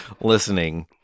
listening